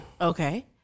Okay